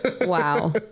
wow